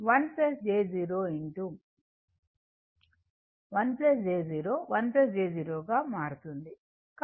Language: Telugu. గా మారుతోంది